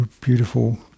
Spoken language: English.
beautiful